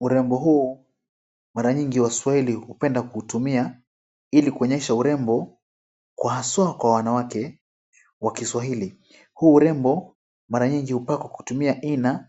Urembo huu mara nyingi waswahili hupenda kuutumia ilikuonyesha urembo kwa haswa kwa wanawake wa kiswahili. Huu urembo mara nyingi hupakwa kwa kutumia hina